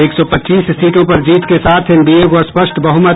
एक सौ पच्चीस सीटों पर जीत के साथ एनडीए को स्पष्ट बहुमत